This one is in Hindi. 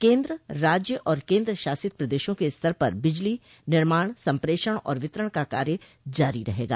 केंद्र राज्य और केंद्र शासित प्रदेशों के स्तर पर बिजली निर्माण संप्रेषण और वितरण का कार्य जारी रहेगा